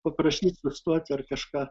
paprašyt sustoti ar kažką